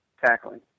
tackling